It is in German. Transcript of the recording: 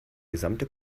gesamte